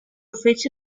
fece